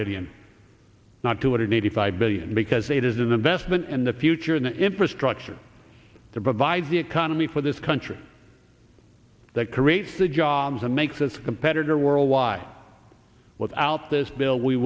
billion not two hundred eighty five billion because they'd as an investment in the future in the infrastructure to provide the economy for this country that creates the jobs and makes this competitor worldwide without this bill we